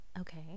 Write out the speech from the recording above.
okay